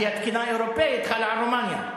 כי התקינה האירופית חלה על רומניה.